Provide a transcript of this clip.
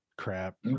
crap